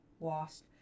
lost